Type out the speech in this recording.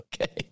Okay